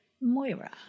Moira